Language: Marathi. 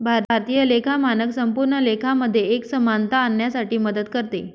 भारतीय लेखा मानक संपूर्ण लेखा मध्ये एक समानता आणण्यासाठी मदत करते